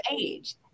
age